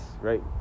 right